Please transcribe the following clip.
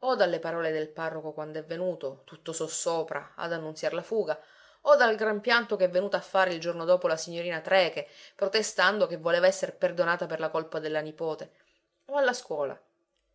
o dalle parole del parroco quand'è venuto tutto sossopra ad annunziar la fuga o dal gran pianto che è venuta a fare il giorno dopo la signorina trecke protestando che voleva esser perdonata per la colpa della nipote o alla scuola